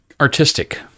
artistic